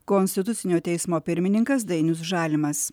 konstitucinio teismo pirmininkas dainius žalimas